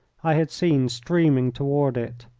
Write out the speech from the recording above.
i had seen streaming toward it.